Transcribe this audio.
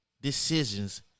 decisions